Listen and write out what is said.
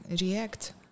react